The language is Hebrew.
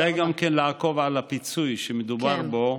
כדאי גם כן לעקוב אחר הפיצוי שמדובר בו.